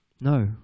No